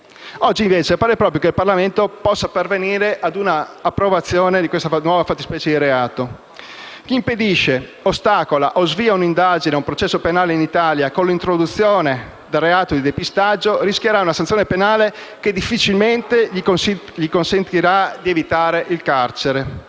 Oggi, invece, pare proprio che il Parlamento possa pervenire all'approvazione di questa nuova fattispecie di reato. Chi impedisce, ostacola o svia un'indagine o un processo penale in Italia, con l'introduzione del reato di depistaggio, rischierà una sanzione penale che difficilmente gli consentirà di evitare il carcere.